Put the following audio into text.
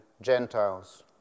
Gentiles